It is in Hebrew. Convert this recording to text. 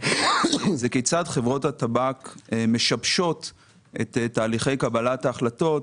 רואים איך חברות הטבק משבשות את תהליכי קבלת ההחלטות,